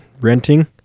renting